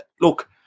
Look